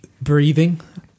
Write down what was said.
breathing